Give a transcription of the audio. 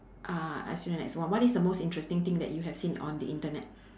uh I say the next one what is the most interesting thing that you have seen on the internet